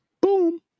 Boom